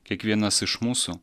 kiekvienas iš mūsų